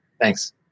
Thanks